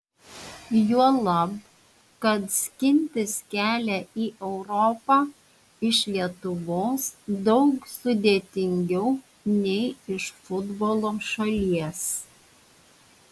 juolab kad skintis kelią į europą iš lietuvos daug sudėtingiau nei iš futbolo šalies